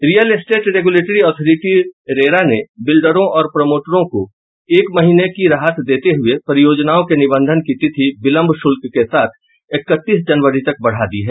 real estate regulatory authority RERA ने बिल्डरों और प्रमोटरों को एक महीने की राहत देते हुए परियोजनाओं के निबंधन की तिथि विलंब शुल्क के साथ इकतीस जनवरी तक बढ़ा दी है